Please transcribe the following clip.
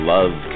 Love